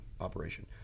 operation